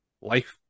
life